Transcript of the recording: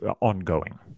ongoing